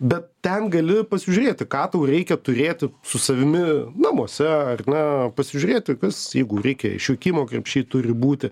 bet ten gali pasižiūrėti ką tau reikia turėti su savimi namuose ar ne pasižiūrėti kas jeigu reikia išvykimo krepšy turi būti